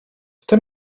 tym